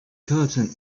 curtain